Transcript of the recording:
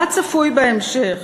מה צפוי בהמשך?